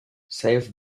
save